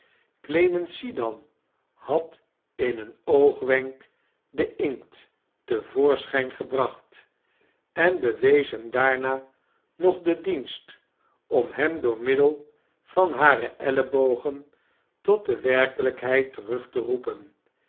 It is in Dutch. clemency dan had in een oogwenk de inkt te voorschijm gebrachit en bewees hem daaraa nog den dienst om hem door middel van hare ellebogen ioit de werkelijkhedd terug te roepen